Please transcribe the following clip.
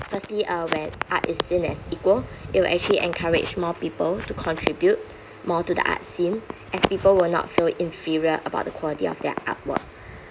firstly uh when art is seen as equal it will actually encourage more people to contribute more to the art scene as people will not feel inferior about the quality of their artwork